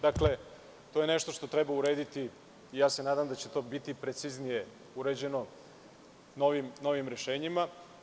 Dakle, to je nešto što treba urediti i nadam se da će to biti preciznije uređeno novim rešenjima.